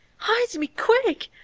hide me quick!